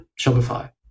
Shopify